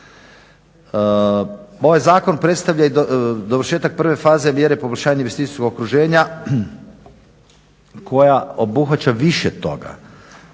Ovaj zakon predstavlja i dovršetak prve faze mjere poboljšanja investicijskog okruženja koja obuhvaća više toga.